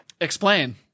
Explain